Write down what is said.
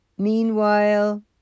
Meanwhile